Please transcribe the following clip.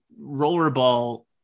Rollerball